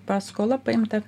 paskola paimta